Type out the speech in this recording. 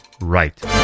right